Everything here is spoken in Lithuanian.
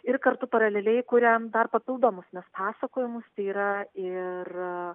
ir kartu paraleliai kuriam dar papildomus mes pasakojimas tai yra ir